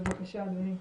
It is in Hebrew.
בבקשה, אדוני.